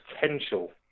potential